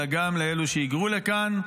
אלא גם לאלו שהיגרו לכאן,